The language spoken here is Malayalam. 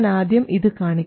ആദ്യം ഞാൻ ഇത് കാണിക്കാം